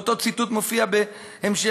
ואותו ציטוט מופיע בהמשך,